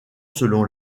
selon